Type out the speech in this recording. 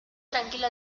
tranquilo